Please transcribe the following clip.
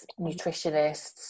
nutritionists